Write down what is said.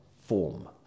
form